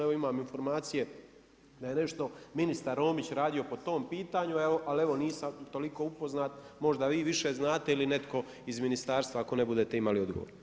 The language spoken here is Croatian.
Evo imam informacije, da je nešto ministar Romić radio po tom pitanju, ali evo nisam tolik upoznat, možda vi više znate ili netko iz ministarstva, ako ne budete imali odgovor.